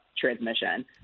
transmission